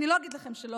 אני לא אגיד לכם שלא.